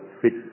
fit